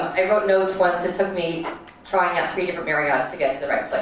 i wrote notes once it took me trying out three different marriotts to get to the right